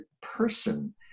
person